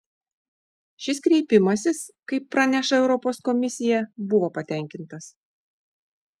šis kreipimasis kaip praneša europos komisija buvo patenkintas